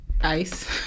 Ice